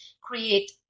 create